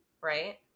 right